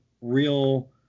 real